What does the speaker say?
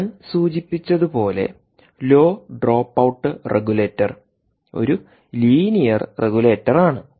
ഞാൻ സൂചിപ്പിച്ചതുപോലെ low drop out regulator ഒരു ലീനിയർ റെഗുലേറ്ററാണ്